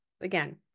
again